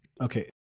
okay